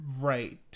right